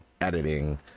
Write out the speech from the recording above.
editing